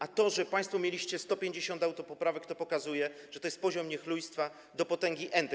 A to, że państwo mieliście tu 150 autopoprawek, pokazuje, że to jest poziom niechlujstwa do potęgi n-tej.